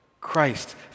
christ